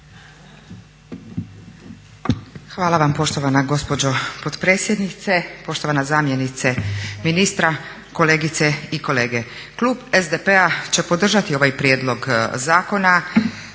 Hvala vam poštovana gospođo potpredsjednice, poštovana zamjenice ministra, kolegice i kolege. Klub SDP-a će podržati ovaj prijedlog zakona